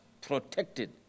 protected